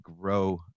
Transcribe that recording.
grow